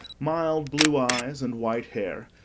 mild blue eyes and white hair,